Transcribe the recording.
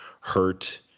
hurt